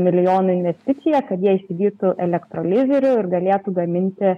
milijonų investiciją kad jie įsigytų elektrolizerių ir galėtų gaminti